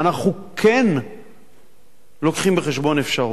אנחנו כן מביאים בחשבון אפשרות